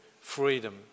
freedom